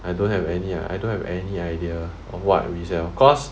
I don't have any ah I don't have any idea of what we sell of course